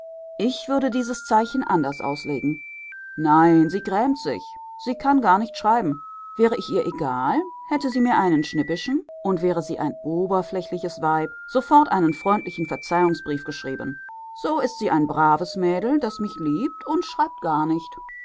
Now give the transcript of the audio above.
ich würde dieses zeichen anders auslegen nein sie grämt sich sie kann gar nicht schreiben wäre ich ihr egal hätte sie mir einen schnippischen und wäre sie ein oberflächliches weib sofort einen freundlichen verzeihungsbrief geschrieben so ist sie ein braves mädel das mich liebt und schreibt gar nicht